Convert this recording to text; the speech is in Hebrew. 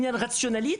רציונאלי.